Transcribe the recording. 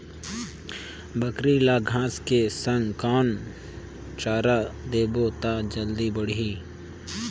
बकरी ल घांस के संग कौन चारा देबो त जल्दी बढाही?